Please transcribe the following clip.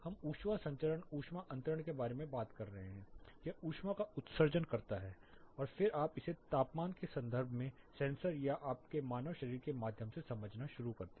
हम ऊष्मा संचरण ऊष्मा अंतरण के बारे में बात कर रहे हैं यह ऊष्मा का उत्सर्जन करता है और फिर आप इसे तापमान के संदर्भ में सेंसर या आपके मानव शरीर के माध्यम से समझना शुरू करते हैं